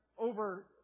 over